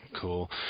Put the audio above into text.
Cool